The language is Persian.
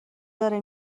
داره